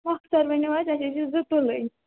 مۄخصر ؤنِو حظ اَسہِ ہسا چھِ زٕ تُلٕنۍ